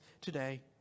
today